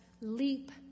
leap